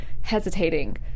hesitating